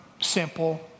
simple